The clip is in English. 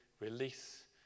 release